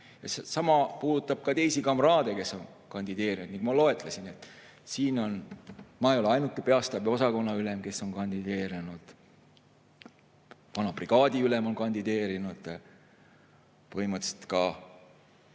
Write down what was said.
Sama puudutab ka teisi kamraade, kes on kandideerinud. Ma ei ole ainuke peastaabi osakonna ülem, kes on kandideerinud. Vana brigaadiülem on kandideerinud ja põhimõtteliselt ka